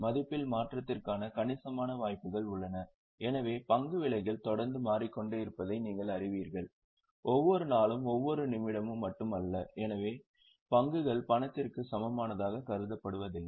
மதிப்பில் மாற்றத்திற்கான கணிசமான வாய்ப்புகள் உள்ளன எனவே பங்கு விலைகள் தொடர்ந்து மாறிக்கொண்டே இருப்பதை நீங்கள் அறிவீர்கள் ஒவ்வொரு நாளும் ஒவ்வொரு நிமிடமும் மட்டுமல்ல எனவே பங்குகள் பணத்திற்கு சமமானதாக கருதப்படுவதில்லை